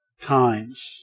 times